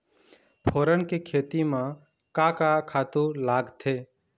फोरन के खेती म का का खातू लागथे?